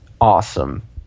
awesome